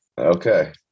Okay